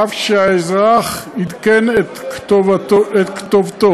אף שהאזרח עדכן את כתובתו.